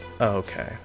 Okay